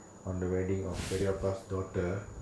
on the wedding of periyappa daughter